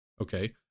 okay